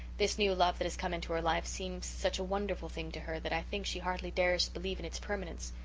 this new love that has come into her life seems such a wonderful thing to her that i think she hardly dares believe in its permanence.